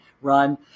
run